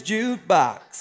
Jukebox